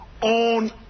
on